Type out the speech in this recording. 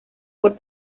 por